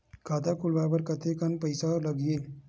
खाता खुलवाय बर कतेकन पईसा लगही?